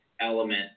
element